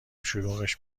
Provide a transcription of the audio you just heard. شلوغش